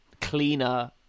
Cleaner